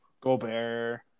Gobert